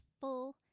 full